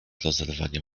rozerwania